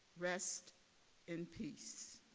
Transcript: rest in peace.